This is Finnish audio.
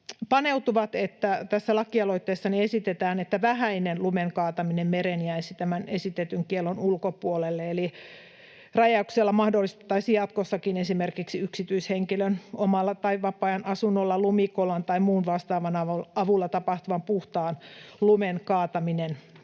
paneutuvat, että tässä lakialoitteessani esitetään, että vähäinen lumen kaataminen mereen jäisi tämän esitetyn kiellon ulkopuolelle. Eli rajauksella mahdollistettaisiin jatkossakin esimerkiksi yksityishenkilön omalla tai vapaa-ajanasunnolla lumikolan tai muun vastaavan avulla tapahtuva puhtaan lumen kaataminen